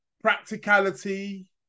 practicality